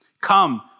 Come